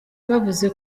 bavuze